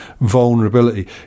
vulnerability